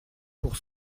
pour